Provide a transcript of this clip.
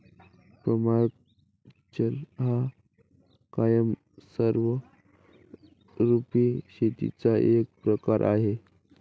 permaculture हा कायमस्वरूपी शेतीचा एक प्रकार आहे